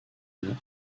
gordon